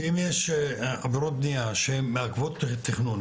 כי אם יש עבירות בנייה שהן מעכבות תכנון,